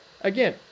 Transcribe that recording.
again